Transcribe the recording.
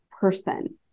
person